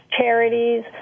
Charities